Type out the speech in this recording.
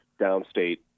downstate